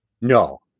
No